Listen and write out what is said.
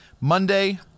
Monday